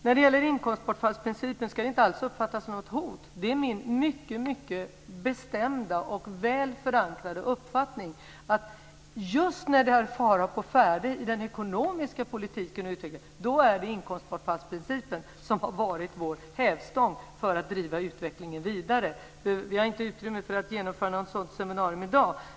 När det gäller inkomstbortfallsprincipen ska det inte alls uppfattas som något hot. Det är min mycket bestämda och väl förankrade uppfattning att just när det har varit fara å färde i den ekonomiska politiken och utvecklingen har inkomstbortfallsprincipen varit vår hävstång för att driva utvecklingen vidare. Vi har inte utrymme för att genomföra något sådant seminarium i dag.